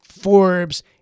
Forbes